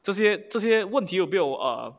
这些这些问题有没有 um